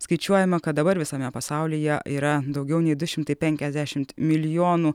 skaičiuojama kad dabar visame pasaulyje yra daugiau nei du šimtai penkiasdešimt milijonų